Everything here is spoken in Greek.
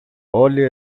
όλοι